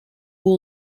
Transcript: will